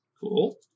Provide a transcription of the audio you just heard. Cool